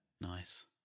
Nice